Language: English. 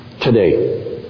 today